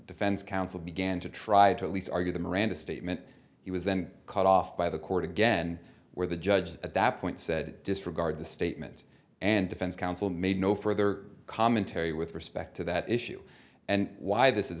counsel began to try to at least argue the miranda statement he was then cut off by the court again where the judge at that point said disregard the statement and defense counsel made no further commentary with respect to that issue and why this is